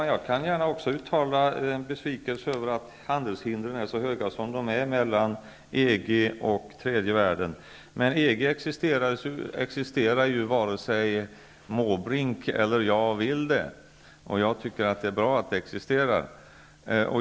Herr talman! Jag kan också uttala besvikelse över att handelshindren är så höga mellan EG och tredje världen, men EG existerar, vare sig Måbrink eller jag vill det eller inte -- och jag tycker att det är bra att EG existerar.